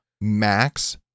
Max